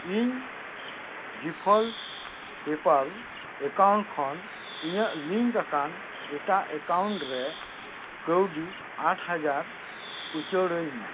ᱤᱧ default PayPal account ᱠᱷᱚᱱ ᱤᱧᱟᱹᱜ ᱞᱤᱝᱠ ᱟᱠᱟᱱ ᱮᱴᱟᱜ ᱮᱠᱟᱣᱩᱱᱴ ᱨᱮ ᱠᱟᱹᱣᱰᱤ ᱟᱴ ᱦᱟᱡᱟᱨ ᱩᱪᱟᱹᱲᱟᱹᱧ ᱢᱮ